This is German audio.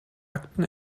akten